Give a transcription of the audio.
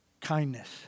Kindness